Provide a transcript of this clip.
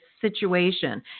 situation